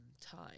Time